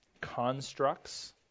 constructs